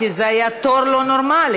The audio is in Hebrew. כי זה היה תור לא נורמלי,